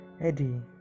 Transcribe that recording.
Eddie